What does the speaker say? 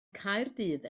caerdydd